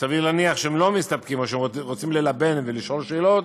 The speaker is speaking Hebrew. וסביר להניח שהם לא מסתפקים או שהם רוצים ללבן ולשאול שאלות,